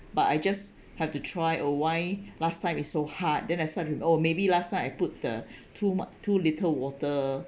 but I just have to try uh why last time is so hard then I sudden oh maybe last time I put the too mu~ too little water